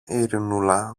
ειρηνούλα